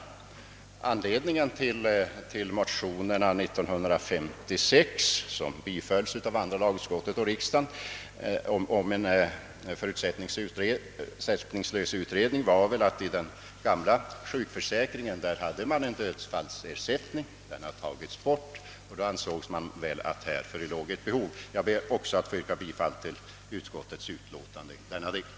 Vad som föranledde de motioner, vilka år 1956 biträddes av andra lagutskottet och av riksdagen och i vilka hemställdes om en förutsättningslös utredning, torde ha varit att det i den gamla sjukförsäkringen fanns en dödsfallsersättning, som emellertid hade avskaffats, varför det då skulle föreligga ett behov av en sådan. Jag ber att få yrka bifall till utskottets hemställan också i denna del.